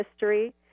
history